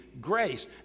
grace